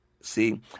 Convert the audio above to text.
See